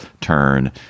turn